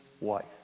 wife